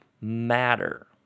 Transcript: matter